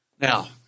Now